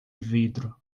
vidro